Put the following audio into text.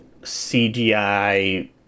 CGI